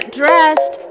dressed